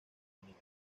benítez